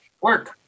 work